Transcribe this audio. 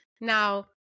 now